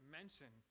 mention